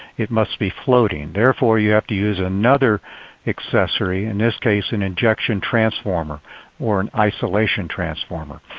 it must be floating. therefore, you have to use another accessory, in this case, an injection transformer or an isolation transformer.